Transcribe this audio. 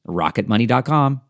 rocketmoney.com